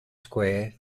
square